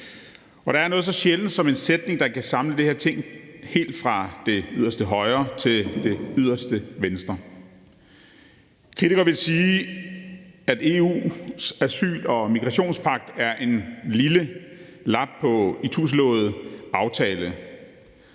og det er noget så sjældent som en sætning, der kan samle det her Ting helt fra det yderste højre til det yderste venstre. Kritikere vil sige, at EU's asyl- og migrationspagt er en lille lap på en ituslået aftale.